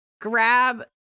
grab